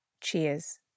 cheers